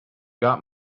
got